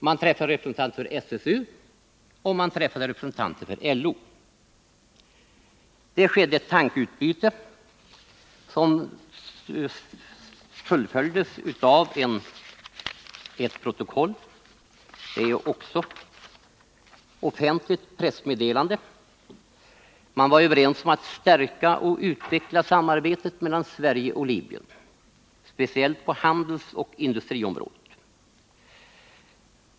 Man träffade representanter för SSU, och man träffade represen 65 Det skedde ett tankeutbyte som fullföljdes i ett protokoll och också i ett offentligt pressmeddelande. Man var överens om att stärka och utveckla samarbetet mellan Sverige och Libyen, speciellt på handelsoch industriområdet.